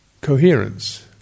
coherence